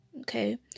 Okay